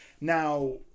Now